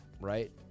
right